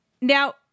Now